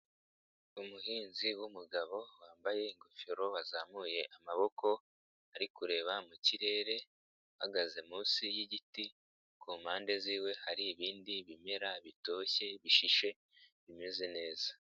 Umuhinzi w'umugabo wambaye ingofero wazamuye amaboko ari kureba mu kirere, ahagaze munsi yigiti, kumpande ziwe hari ibindi bimera bitoshye bishishe bimeze neza.